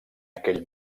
aquell